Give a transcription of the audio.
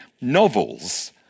novels